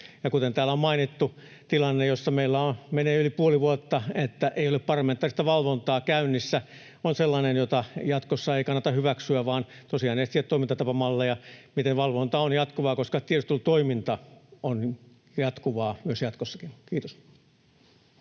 kuten täällä on mainittu, tilanne, jossa meillä menee yli puoli vuotta, että ei ole parlamentaarista valvontaa käynnissä, on sellainen, jota jatkossa ei kannata hyväksyä, vaan tosiaan etsiä toimintatapamalleja, miten valvonta on jatkuvaa, koska tiedustelutoiminta on jatkuvaa myös jatkossakin. — Kiitos.